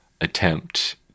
attempt